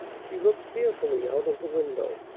she looked fearfully out of the window,